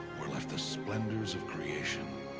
we're left the splendors of creation.